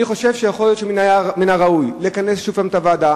אני חושב שיכול להיות שהיה מן הראוי לכנס שוב את הוועדה